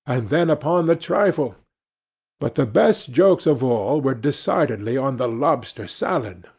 and then upon the trifle but the best jokes of all were decidedly on the lobster salad,